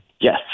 Yes